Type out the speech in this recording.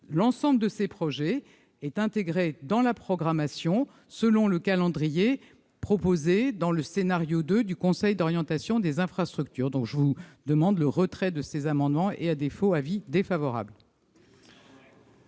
L'ensemble de ces projets est intégré dans la programmation selon le calendrier proposé dans le scénario 2 du Conseil d'orientation des infrastructures. Voilà pourquoi j'ai demandé le retrait de ces amendements. C'est le Parlement